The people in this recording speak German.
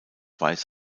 weiß